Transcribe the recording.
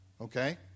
Okay